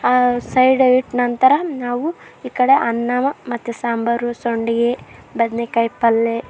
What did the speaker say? side ಇಟ್ಟು ನಂತರ ನಾವು ಈ ಕಡೆ ಅನ್ನವ ಮತ್ತು ಸಾಂಬಾರು ಸಂಡಿಗಿ ಬದ್ನೆಕಾಯ್ ಪಲ್ಯ